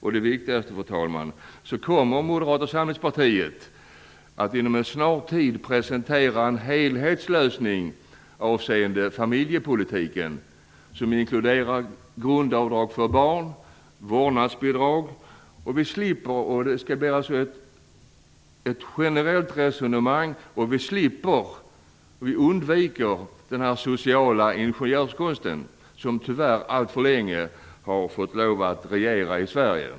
Men det viktigaste, fru talman, är att Moderata samlingspartiet inom en snar framtid kommer att presentera en helhetslösning avseende familjepolitiken. Den inkluderar grundavdrag för barn och vårdnadsbidrag. Det skall alltså bli ett generellt resonemang som gör att vi undviker den sociala ingenjörskonst som tyvärr alltför länge har fått regera i Sverige.